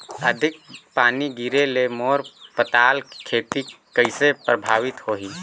अधिक पानी गिरे ले मोर पताल के खेती कइसे प्रभावित होही?